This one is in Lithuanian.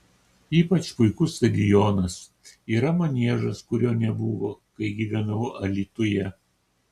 ypač puikus stadionas yra maniežas kurio nebuvo kai gyvenau alytuje